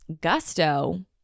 gusto